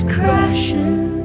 crashing